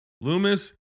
Loomis